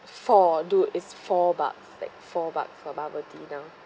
four dude it's four bucks is like four bucks for bubble tea now